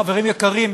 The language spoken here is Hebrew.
חברים יקרים,